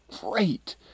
great